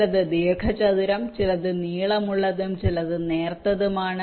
ചിലത് ദീർഘചതുരം ചിലത് നീളമുള്ളതും ചിലത് നേർത്തതുമാണ്